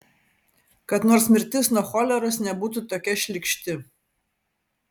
kad nors mirtis nuo choleros nebūtų tokia šlykšti